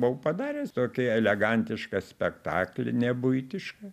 buvau padaręs tokį elegantišką spektaklį ne buitišką